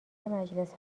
مجلس